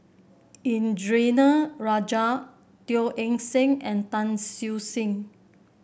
Indranee Rajah Teo Eng Seng and Tan Siew Sin